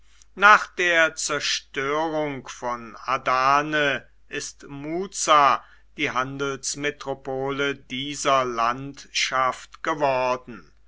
nach der zerstörung von adane ist muza die handelsmetropole dieser landschaft geworden